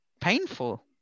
Painful